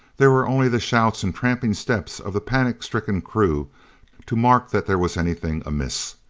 there were only the shouts and tramping steps of the panic-stricken crew to mark that there was anything amiss.